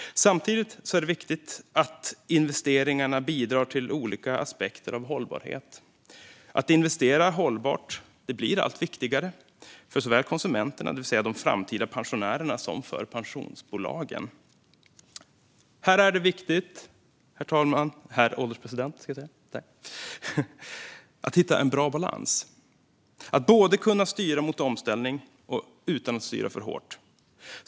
Samtidigt är det viktigt att investeringarna bidrar till olika aspekter av hållbarhet. Att investera hållbart blir allt viktigare, såväl för konsumenterna, det vill säga de framtida pensionärerna, som för pensionsbolagen. Här är det viktigt att hitta en bra balans och att kunna styra mot omställning, utan att styra för hårt.